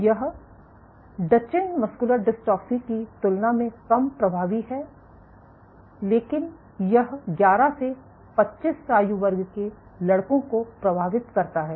यह Duchenne muscular dystrophy की तुलना में कम प्रभावी है लेकिन यह 11 से 25 आयु वर्ग के लड़कों को प्रभावित करता है